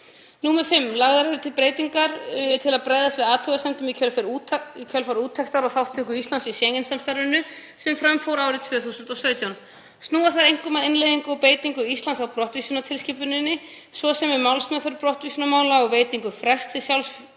5. Lagðar eru til breytingar til að bregðast við athugasemdum í kjölfar úttektar á þátttöku Íslands í Schengen-samstarfinu sem fram fór árið 2017. Snúa þær einkum að innleiðingu og beitingu Íslands á brottvísunartilskipuninni, svo sem um málsmeðferð brottvísunarmála og veitingu frests til